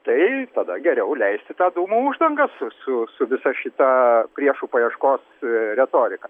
tai tada geriau leisti tą dūmų uždangą su su su visa šita priešų paieškos retorika